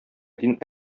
дин